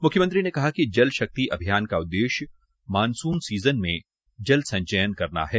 मुख्यमंत्री ने कहा कि जल शक्ति अभियान का उदेश्य मानसून सीजन में जल संचयन करना है